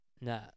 No